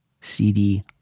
CD